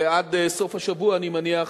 ועד סוף השבוע, אני מניח,